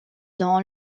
dans